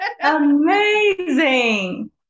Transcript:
Amazing